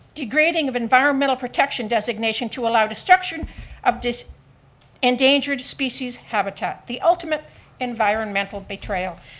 degrading of environmental protection designation to allow destruction of this endangered species habitat, the ultimate environmental betrayal.